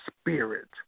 spirit